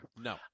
No